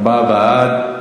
ארבעה בעד,